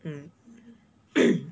mm